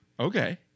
Okay